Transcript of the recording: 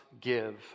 give